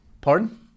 Pardon